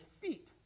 feet